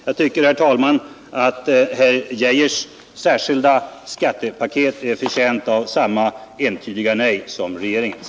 Jag tycker, herr talman, att herr Geijers särskilda skattepaket är förtjänt av samma entydiga nej som regeringens.